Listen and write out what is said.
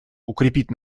укрепит